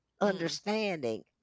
understanding